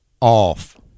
off